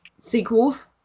sequels